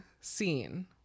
scene